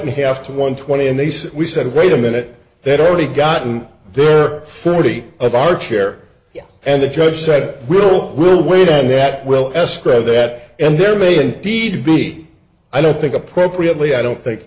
in half to one twenty and they said we said wait a minute they had already gotten their thirty of our chair and the judge said we'll we'll wait and that will escrow that and there may indeed be i don't think appropriately i don't think